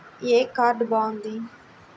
ఏ card బాగుంది?